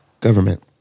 Government